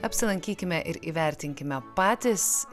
apsilankykime ir įvertinkime patys